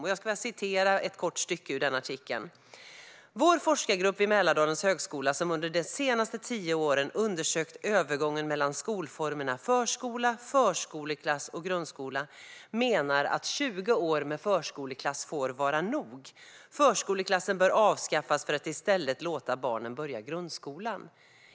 Jag skulle vilja citera ett kort stycke ur artikeln: "Vår forskargrupp vid Mälardalens högskola som under de senaste tio åren undersökt övergången mellan skolformerna förskola, förskoleklass och skola menar att tjugo år med förskoleklass får vara nog. Förskoleklassen bör avskaffas för att i stället låta barnen börja grundskolan vid sex års ålder."